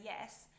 yes